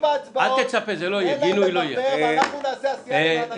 ההצעה לא נתקבלה ותעלה למליאה כהסתייגות לקריאה שנייה ולקריאה שלישית.